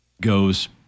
goes